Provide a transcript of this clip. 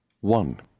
One